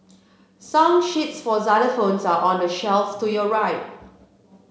song sheets for xylophones are on the shelf to your right